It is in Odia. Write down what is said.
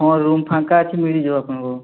ହଁ ରୁମ୍ ଫାଙ୍କା ଅଛି ମିଳିଯିବ ଆପଣଙ୍କୁ